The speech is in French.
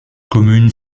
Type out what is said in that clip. commune